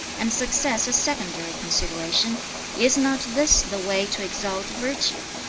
and success a secondary consideration is not this the way to exalt virtue?